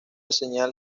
señal